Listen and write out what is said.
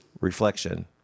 reflection